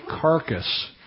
carcass